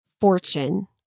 fortune